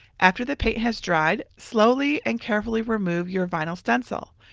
after the paint has dried, slowly and carefully remove your vinyl stencil.